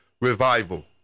revival